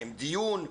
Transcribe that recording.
הם דיון,